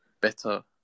better